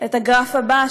את הגרף הבא,